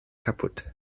kapput